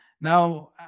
Now